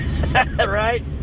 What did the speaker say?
Right